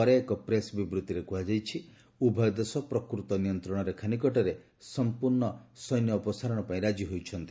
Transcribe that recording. ପରେ ଏକ ପ୍ରେସ୍ ବିବୃତ୍ତିରେ କୁହାଯାଇଛି ଉଭୟ ଦେଶ ପ୍ରକୃତ ନିୟନ୍ତ୍ରଣ ରେଖା ନିକଟରେ ସମ୍ପର୍ଶ ସୈନ୍ୟ ଅପସାରଣ ପାଇଁ ରାଜି ହୋଇଛନ୍ତି